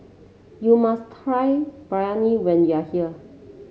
you must try Biryani when you are here